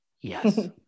yes